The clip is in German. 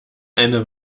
eine